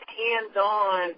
hands-on